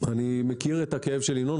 אני מכיר את הכאב של ינון.